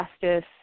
justice